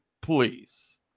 please